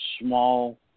small